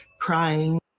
crying